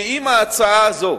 שאם ההצעה הזאת